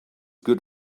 good